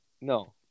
No